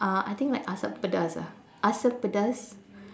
uh I think like asam pedas ah asam pedas